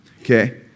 Okay